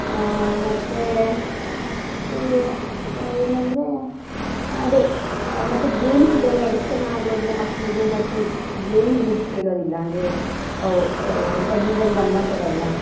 ಮತ್ತು ಮತ್ತು ಏನಂದರೆ ಅದೇ ಮತ್ತು ಗೇಮ್ಸ್ ಇದೆಲ್ಲ ಎಡಿಕ್ಷನ್ ಆಗೋದರೆ ಮಕ್ಕಳಿಗೆ ಮತ್ತು ಏನು ಹೇಳಿದರು ಕೇಳೋದಿಲ್ಲ ಅಂದರೆ ಸ್ಟಡೀಸಲ್ಲಿ ಗಮನ ಕೊಡೋಲ್ಲ